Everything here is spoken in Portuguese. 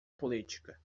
política